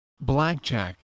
blackjack